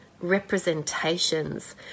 representations